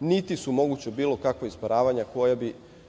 niti su moguća bilo kakva isparavanja koja bi